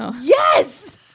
yes